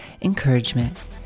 encouragement